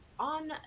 On